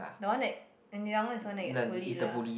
the one that the young one is the one that gets bullied lah